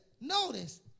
Notice